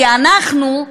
כי אנחנו,